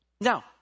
Now